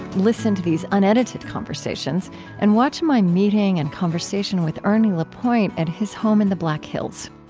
listen to these unedited conversations and watch my meeting and conversation with ernie lapointe at his home in the black hills.